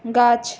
গাছ